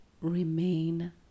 remain